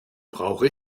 brauche